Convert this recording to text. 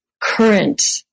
current